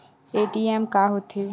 ATM का होथे?